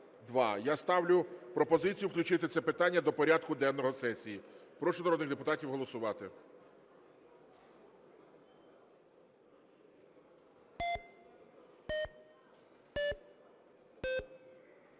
Я ставлю пропозицію включити це питання до порядку денного сесії. Прошу народних депутатів голосувати.